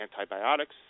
antibiotics